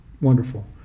wonderful